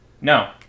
No